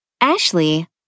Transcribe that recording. Ashley